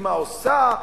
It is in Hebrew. קדימה עושה,